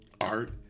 Art